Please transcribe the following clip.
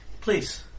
please